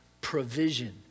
provision